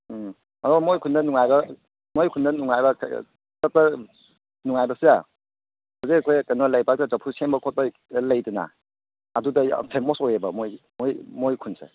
ꯎꯝ ꯑꯗꯣ ꯃꯣꯏ ꯈꯨꯟꯗ ꯅꯨꯡꯉꯥꯏꯔꯣꯏ ꯃꯣꯏ ꯈꯨꯟꯗ ꯅꯨꯡꯉꯥꯏꯔꯣꯏ ꯆꯠꯄ ꯅꯨꯡꯉꯥꯏꯕꯁꯦ ꯍꯧꯖꯤꯛ ꯑꯩꯈꯣꯏ ꯀꯩꯅꯣ ꯂꯩꯕꯥꯛꯅ ꯆꯐꯨ ꯁꯦꯝꯕ ꯈꯣꯠꯄ ꯂꯩꯗꯅ ꯑꯗꯨꯗ ꯌꯥꯝ ꯐꯦꯃꯣꯁ ꯑꯣꯏꯌꯦꯕ ꯃꯣꯏꯒꯤ ꯃꯣꯏ ꯈꯨꯟꯁꯦ